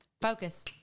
focus